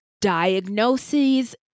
diagnoses